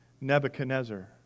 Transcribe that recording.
Nebuchadnezzar